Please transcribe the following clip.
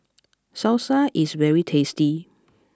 Salsa is very tasty